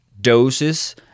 doses